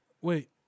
Wait